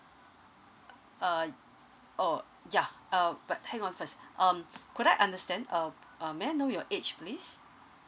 uh oh ya uh but hang on first um could I understand um um may I know your age please